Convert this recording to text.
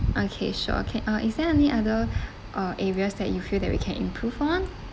okay sure can uh is there any other uh areas that you feel that we can improve on